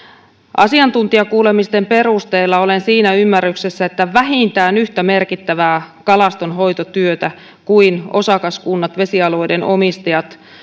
asiantuntijakuulemisten perusteella olen siinä ymmärryksessä että vähintään yhtä merkittävää kalastonhoitotyötä kuin osakaskunnat vesialueiden omistajat